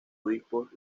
obispos